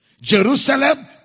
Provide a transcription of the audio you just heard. Jerusalem